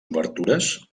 obertures